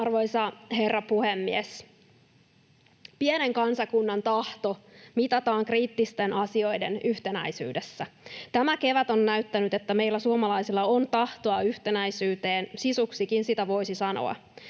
Arvoisa herra puhemies! Pienen kansakunnan tahto mitataan kriittisten asioiden yhtenäisyydessä. Tämä kevät on näyttänyt, että meillä suomalaisilla on tahtoa yhtenäisyyteen, sisuksikin sitä voisi sanoa,